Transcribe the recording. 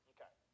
Okay